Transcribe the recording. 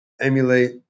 emulate